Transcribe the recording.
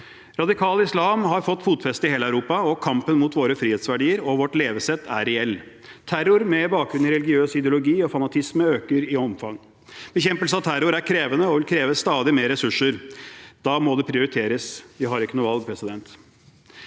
Radikal islam har fått fotfeste i hele Europa, og kampen mot våre frihetsverdier og vårt levesett er reell. Terror med bakgrunn i religiøs ideologi og fanatisme øker i omfang. Bekjempelse av terror er krevende og vil kreve stadig mer ressurser. Da må det prioriteres. Vi har ikke noe valg. Regjeringen